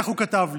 כך הוא כתב לי: